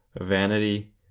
vanity